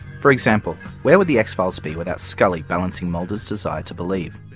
for example, where would the x-files be without scully balancing mulder's desire to believe?